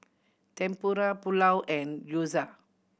Tempura Pulao and Gyoza